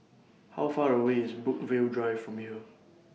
How Far away IS Brookvale Drive from here